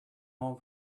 home